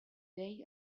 dei